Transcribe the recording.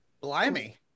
Blimey